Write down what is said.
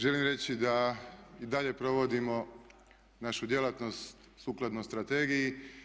Želim reći da i dalje provodimo našu djelatnost sukladno strategiji.